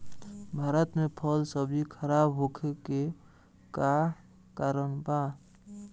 भारत में फल सब्जी खराब होखे के का कारण बा?